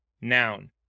Noun